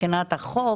מבחינת החוק,